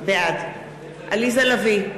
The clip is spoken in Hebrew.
בעד עליזה לביא,